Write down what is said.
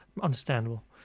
Understandable